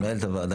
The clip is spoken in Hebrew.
מנהלת הוועדה,